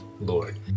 Lord